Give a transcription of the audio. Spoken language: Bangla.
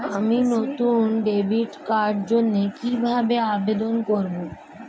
আমি নতুন ডেবিট কার্ডের জন্য কিভাবে আবেদন করব?